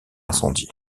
incendié